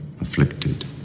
afflicted